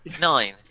Nine